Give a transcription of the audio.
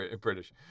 British